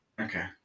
okay